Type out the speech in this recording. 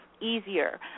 easier